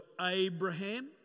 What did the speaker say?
Abraham